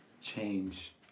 change